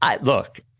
Look